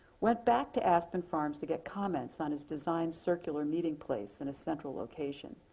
went back to aspen farms to get comments on his designed circular meeting place in a central location.